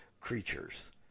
creatures